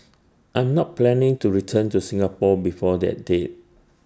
I'm not planning to return to Singapore before that date